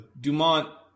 Dumont